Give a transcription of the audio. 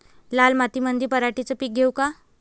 लाल मातीमंदी पराटीचे पीक घेऊ का?